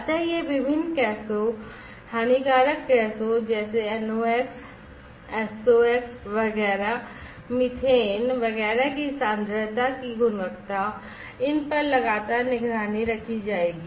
अतः ये विभिन्न गैसों हानिकारक गैसों जैसे NOx गैसों SOx गैसों वगैरह मीथेन वगैरह की सांद्रता की गुणवत्ता इन पर लगातार निगरानी रखी जाएगी